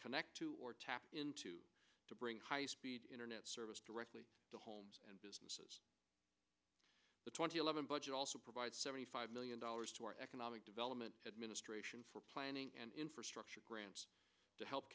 connect to or tap into to bring high speed internet service directly to homes and businesses the twenty eleven budget provides seventy five million dollars to our economic development administration for planning and infrastructure grants to help